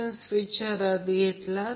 ते स्वतः करा इतर फेझर आकृती आहे